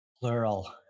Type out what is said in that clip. plural